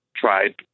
tried